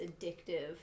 addictive